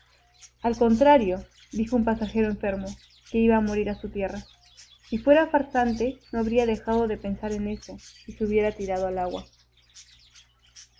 murmuró al contrario dijo un pasajero enfermo que iba a morir a su tierra si fuera farsante no habría dejado de pensar en eso y se hubiera tirado al agua